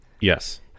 Yes